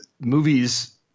movies